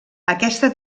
aquesta